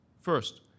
First